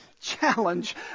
challenge